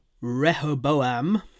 Rehoboam